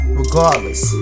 Regardless